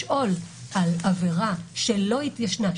לשאול על עבירה שלא התיישנה,